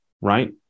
right